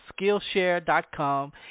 Skillshare.com